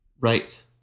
Right